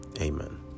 Amen